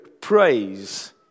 praise